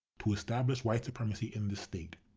to establish white supremacy in this state.